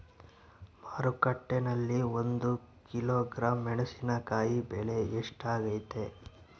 ಮಾರುಕಟ್ಟೆನಲ್ಲಿ ಒಂದು ಕಿಲೋಗ್ರಾಂ ಮೆಣಸಿನಕಾಯಿ ಬೆಲೆ ಎಷ್ಟಾಗೈತೆ?